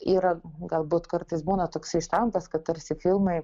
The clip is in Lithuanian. yra galbūt kartais būna toksai štampas kad tarsi filmai